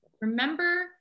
remember